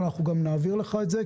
אבל אנחנו גם נעביר לך את זה,